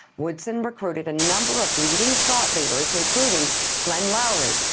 woodson recruited a number of leading thought leaders including glen lowery,